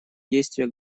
действия